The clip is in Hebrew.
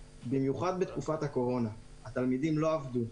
בתקופת הקורונה התלמידים לא עבדו,